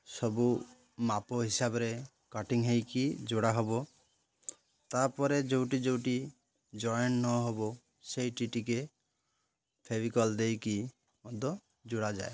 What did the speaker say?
ସବୁ ମାପ ହିସାବରେ କଟିଂ ହୋଇକି ଯୋଡ଼ା ହେବ ତା'ପରେ ଯେଉଁଠି ଯେଉଁଠି ଜଏଣ୍ଟ୍ ନ ହେବ ସେଇଠି ଟିକିଏ ଫେଭିକଲ୍ ଦେଇକି ମଧ୍ୟ ଯୋଡ଼ାଯାଏ